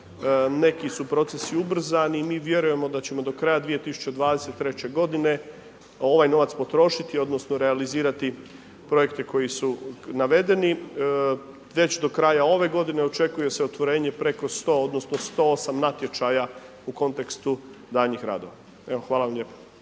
Neki su procesi ubrzani, mi vjerujemo, da ćemo do kraja 2023. g. ovaj novac potrošiti, odnosno, realizirati projekte koji su navedeni. Već do kraja ove g. očekuje se otvorenje preko 100 odnosno, 108 natječaja u kontekstu danjih radova. Hvala lijepo.